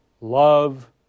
love